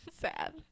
sad